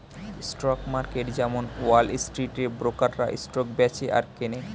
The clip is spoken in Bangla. স্টক মার্কেট যেমন ওয়াল স্ট্রিটে ব্রোকাররা স্টক বেচে আর কেনে